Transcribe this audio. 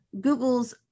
Google's